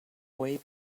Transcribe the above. way